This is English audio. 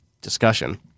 discussion